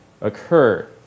occur